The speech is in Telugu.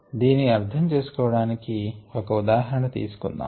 దీని అర్ధం చేసుకోవడానికి ఒక ఉదాహరణ తీసుకొందాము